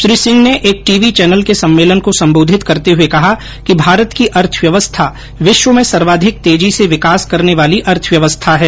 श्री सिंह ने एक TV channel के सम्मेलन को सम्बोधित करते हुए कहा कि भारत की अर्थव्यवस्था विश्व में सर्वाधिक तेजी से विकास करने वाली अर्थव्यवस्था है